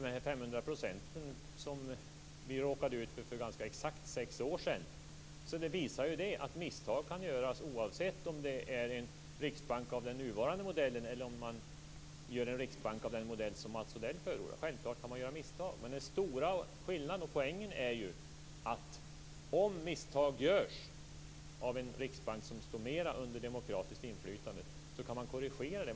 Den 500-procentiga ränta som vi råkade ut för för ganska exakt sex år sedan visar att misstag kan göras. Det gäller oavsett om vi har en riksbank av den nuvarande modellen eller en sådan riksbank som Mats Odell förordar. Självklart kan man göra misstag, men poängen är att om misstag görs av en riksbank som står under större demokratiskt inflytande kan man korrigera dem.